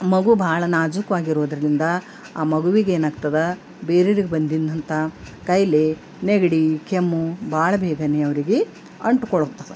ಮಗು ಭಾಳ ನಾಜೂಕಾಗಿರೋದ್ರಿಂದ ಆ ಮಗುವಿಗೇನಾಗ್ತದೆ ಬೇರೆವ್ರಿಗೆ ಬಂದಿದ್ದಂಥ ಕಾಯಿಲೆ ನೆಗಡಿ ಕೆಮ್ಮು ಬಹಳ ಬೇಗನೇ ಅವ್ರಿಗೆ ಅಂಟ್ಕೊಳ್ತದೆ